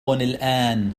الآن